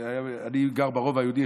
אני גר ברובע היהודי.